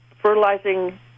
fertilizing